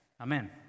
Amen